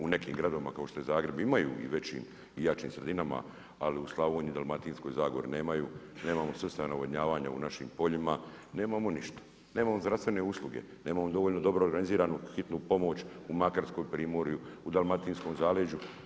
U nekim gradovima kao što je Zagreb imaju i većim i jačim sredinama, ali u Slavoniji, Dalmatinskoj zagori nemaju, nemamo sustav navodnjavanja u našim poljima, nemamo ništa, nemamo zdravstvene usluge, nemamo dovoljno dobro organiziranu hitnu pomoć u Makarskoj, primorju u Dalmatinskom zaleđu.